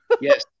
yes